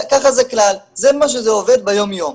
ככה זה הכלל, זה מה שעובד ביום יום.